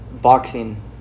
boxing